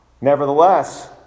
Nevertheless